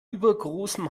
übergroßem